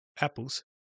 Apple's